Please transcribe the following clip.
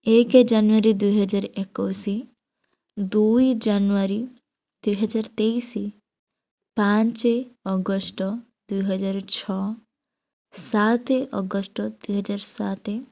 ଏକ ଜାନୁଆରୀ ଦୁଇ ହଜାର ଏକୋଇଶି ଦୁଇ ଜାନୁଆରୀ ଦୁଇ ହଜାର ତେଇଶି ପାଞ୍ଚ ଅଗଷ୍ଟ ଦୁଇ ହଜାର ଛଅ ସାତ ଅଗଷ୍ଟ ଦୁଇ ହଜାର ସାତ